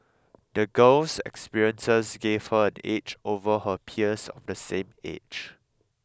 the girl's experiences gave her an edge over her peers of the same age